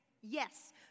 yes